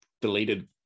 deleted